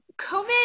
COVID